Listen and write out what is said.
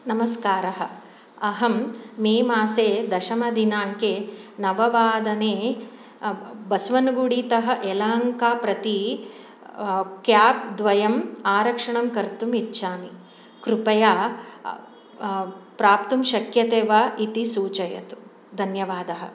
नमस्कारः अहं मे मासे दशमदिनाङ्के नववादने बस्वनगुडीतः यलहङ्कां प्रति केब् द्वयम् आरक्षणं कर्तुमिच्छामि कृपया प्राप्तुं शक्यते वा इति सूचयतु धन्यवादः